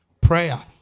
Prayer